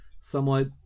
somewhat